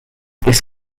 this